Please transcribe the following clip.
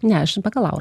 ne aš bakalaurą